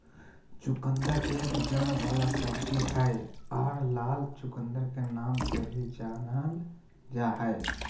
चुकंदर एक जड़ वाला सब्जी हय आर लाल चुकंदर के नाम से भी जानल जा हय